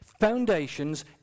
Foundations